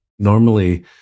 Normally